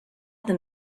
them